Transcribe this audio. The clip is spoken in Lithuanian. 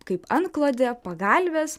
kaip antklodė pagalvės